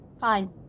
Fine